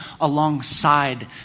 alongside